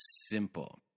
simple